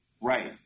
right